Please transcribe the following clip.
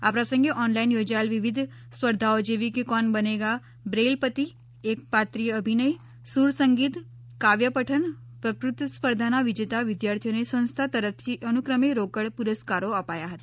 આ પ્રંસગે ઓનલાઈન યોજાયેલ વિવિધ સ્પર્ધાઓ જેવી કે કોન બનેગા બ્રેઇલપતિ એક પાત્રીય અભિનય સુર સંગીત કાવ્ય પઠન વકતૃત્વ સ્પર્ધાના વિજેતા વિદ્યાર્થીઓને સંસ્થા તરફથી અનુક્રમે રોકડ પુરસ્કારો અપાયા હતા